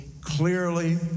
clearly